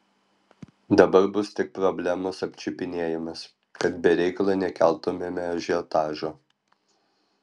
dabar bus tik problemos apčiupinėjimas kad be reikalo nekeltumėme ažiotažo